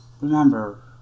remember